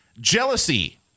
Jealousy